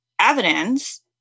evidence